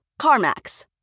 CarMax